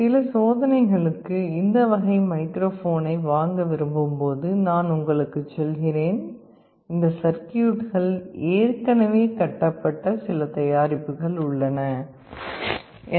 சில சோதனைகளுக்கு இந்த வகை மைக்ரோஃபோனை வாங்க விரும்பும் போது இந்த சர்க்யூட்கள் ஏற்கனவே கட்டப்பட்ட சில தயாரிப்புகள் உள்ளன என்பதை நீங்கள் காண்பீர்கள்